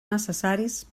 necessaris